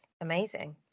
amazing